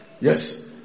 yes